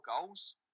goals